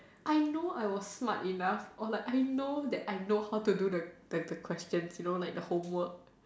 I know I was smart enough I know that I know how to do the the question you know like the homework